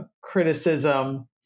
criticism